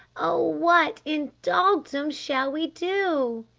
oh what in dogdom shall we do